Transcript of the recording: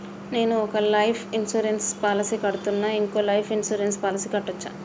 నేను ఒక life insurance policy కడ్తున్నా, ఇంకో లైఫ్ ఇన్సూరెన్స్ పాలసీ కట్టొచ్చా?